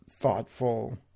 thoughtful